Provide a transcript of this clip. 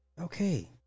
okay